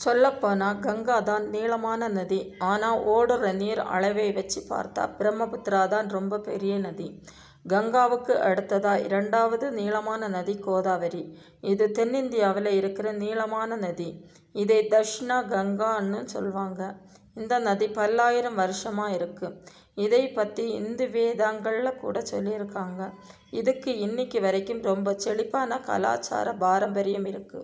சொல்லப் போனால் கங்கை தான் நீளமான நதி ஆனால் ஓடுற நீர் அளவை வச்சு பார்த்தால் பிரம்மபுத்திரா தான் ரொம்ப பெரிய நதி கங்காவுக்கு அடுத்ததாக ரெண்டாவது நீளமான நதி கோதாவரி இது தென்னிந்தியாவில் இருக்குற நீளமான நதி இதை தக்ஷிண கங்கைன்னும் சொல்லுவாங்க இந்த நதி பல்லாயிரம் வருஷமாக இருக்குது இதை பற்றி இந்து வேதங்கள்ல கூட சொல்லியிருக்காங்க இதுக்கு இன்னைக்கி வரைக்கும் ரொம்ப செழிப்பான கலாச்சார பாரம்பரியம் இருக்குது